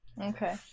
okay